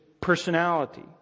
personality